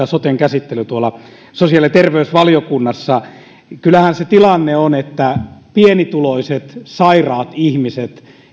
soten käsittely tuolla sosiaali ja terveysvaliokunnassa kyllähän tilanne on se että pienituloiset sairaat ihmiset